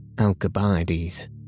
Alcibiades